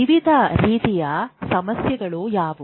ವಿವಿಧ ರೀತಿಯ ಸಮಸ್ಯೆಗಳು ಯಾವುವು